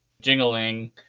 Jingling